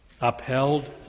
upheld